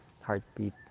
heartbeat